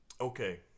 okay